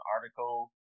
article